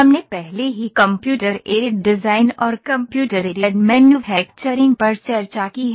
हमने पहले ही कंप्यूटर एडेड डिज़ाइन और कंप्यूटर एडेड मैन्युफैक्चरिंग पर चर्चा की है